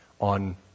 on